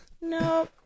No